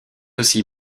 aussi